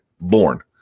Born